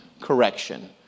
Correction